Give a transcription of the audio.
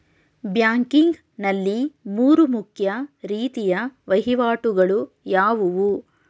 Banking ನಲ್ಲಿ ಮೂರು ಮುಖ್ಯ ರೀತಿಯ ವಹಿವಾಟುಗಳು ಯಾವುವು?